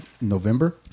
November